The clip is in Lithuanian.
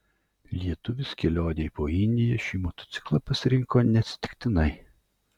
lietuvis kelionei po indiją šį motociklą pasirinko neatsitiktinai